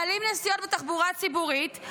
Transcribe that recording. מעלים נסיעות בתחבורה הציבורית,